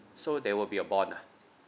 so there will be a bond ah